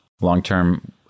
Long-term